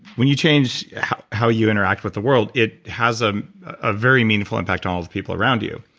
when you change how you interact with the world, it has a ah very meaningful impact on all the people around you.